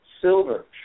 silver